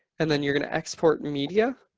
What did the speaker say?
and then you're going to export media.